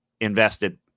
invested